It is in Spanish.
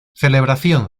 celebración